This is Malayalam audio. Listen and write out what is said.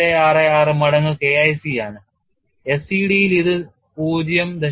866 മടങ്ങ് K IC യാണ് SED ൽ ഇത് 0